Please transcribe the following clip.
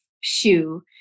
shoe